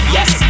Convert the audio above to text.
Yes